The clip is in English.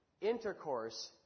intercourse